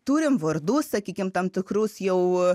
turim vardus sakykim tam tikrus jau